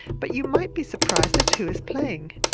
but you might be surprised at who is playing.